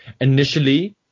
initially